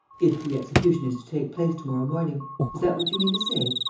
if the execution is to take place to-morrow morning is that what you mean to say.